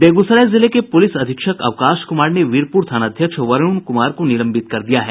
बेगूसराय जिले के प्रलिस अधीक्षक अवकाश कुमार ने वीरपुर थानाध्यक्ष वरुण कुमार को निलंबित कर दिया है